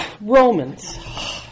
Romans